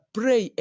pray